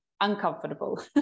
uncomfortable